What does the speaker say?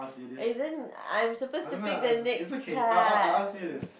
isn't I'm supposed to pick the next card